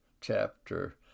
chapter